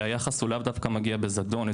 שהיחס הוא לאו דווקא מגיע בזדון,